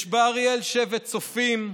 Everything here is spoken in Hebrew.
יש באריאל שבט צופים,